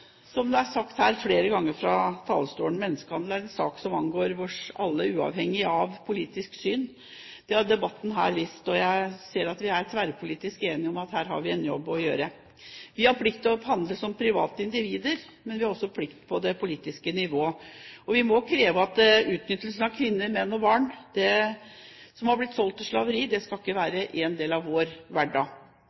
som det er sagt her flere ganger fra talerstolen, menneskehandel er en sak som angår oss alle, uavhengig av politisk syn. Det har debatten her vist, og jeg ser at vi er tverrpolitisk enige om at her har vi en jobb å gjøre. Vi har plikt til å handle som private individer, men vi har også plikt på det politiske nivå. Vi må kreve at utnyttelsen av kvinner, menn og barn som er blitt solgt til slaveri, ikke skal være en del av vår hverdag.